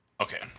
Okay